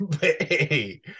hey